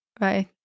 right